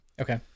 Okay